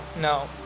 no